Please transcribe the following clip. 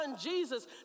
Jesus